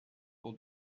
pour